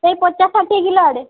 ସେଇ ପଚାଶ ଷାଠିଏ କିଲୋ ଆଡ଼େ